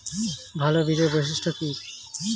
ভাল বীজের বৈশিষ্ট্য কী?